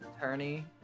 attorney